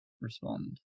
respond